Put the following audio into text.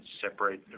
separate